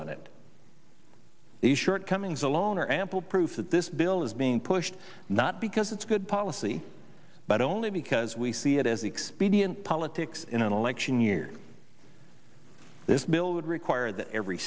on it the shortcomings alone are ample proof that this bill is being pushed not because it's good policy but only because we see it as expedient politics in an election year this bill would require that every